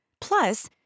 Plus